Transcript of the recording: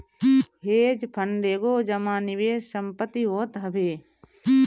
hedge fund एगो जमा निवेश संपत्ति होत हवे